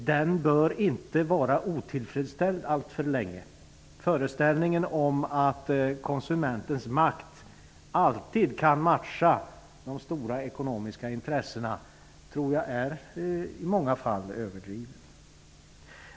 Den bör inte vara otillfredsställd alltför länge. Föreställningen att konsumentens makt alltid kan matcha de stora ekonomiska intressena tror jag är överdriven i många fall.